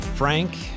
Frank